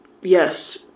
Yes